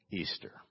Easter